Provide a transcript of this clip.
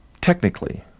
technically